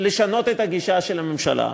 את הגישה של הממשלה,